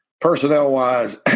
personnel-wise